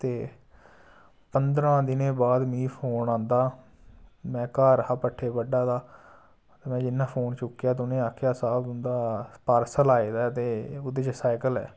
ते पंदरां दिनें बाद मिगी फोन औंदा में घर हा पट्ठे बह्ड्ढा दा में जिन्ना फोन चुक्केआ ते उ'नें आखेआ साहब तुं'दा पार्सल आए दा ऐ ते ओह्दे च साइकल ऐ